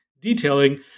detailing